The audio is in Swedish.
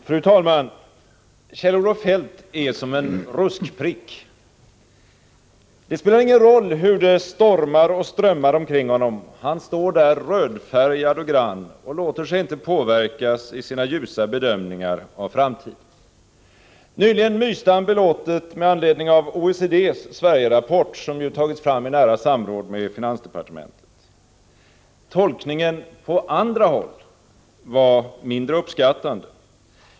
Fru talman! Kjell-Olof Feldt är som en ruskprick. Det spelar ingen roll hur det stormar och strömmar omkring honom, han står där rödfärgad och grann och låter sig inte påverkas i sina ljusa bedömningar av framtiden. Nyligen myste han belåtet med anledning av OECD:s Sverigerapport, som tagits fram i nära samråd med finansdepartementet. Tolkningen på andra håll var mindre uppskattande.